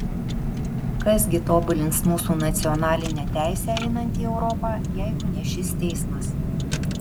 kas gi tobulins mūsų nacionalinę teisę einant į europą jeigu ne šis teismas